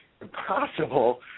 impossible